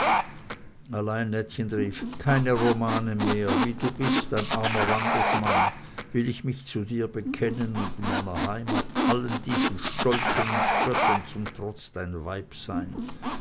allein nettchen rief keine romane mehr wie du bist ein armer wandersmann will ich mich zu dir bekennen und in meiner heimat allen diesen stolzen und spöttern zum trotze dein weib sein